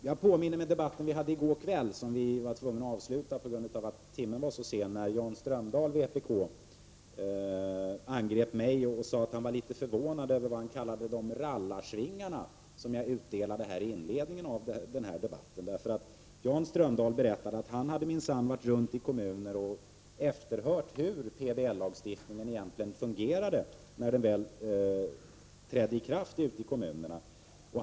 Jag erinrar mig den debatt vi hade i går kväll, som vi var tvungna att avbryta på grund av den sena timmen. Jan Strömdahl, vpk, angrep mig och sade att han var litet förvånad över vad han kallade de rallarsvingar som jag utdelade i inledningen av den debatten. Jan Strömdahl berättade att han minsann rest runt i kommunerna och efterhört hur PBL egentligen fungerat ute i kommunerna när den väl trätt i kraft.